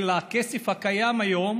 הכסף הקיים היום